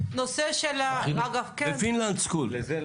שזה לא